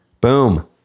Boom